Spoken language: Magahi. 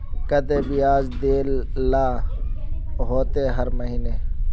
केते बियाज देल ला होते हर महीने?